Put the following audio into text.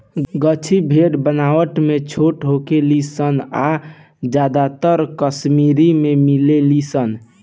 गद्दी भेड़ बनावट में छोट होखे ली सन आ ज्यादातर कश्मीर में मिलेली सन